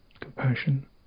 compassion